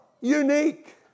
unique